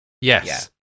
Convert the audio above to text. Yes